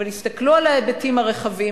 אבל יסתכלו על ההיבטים הרחבים,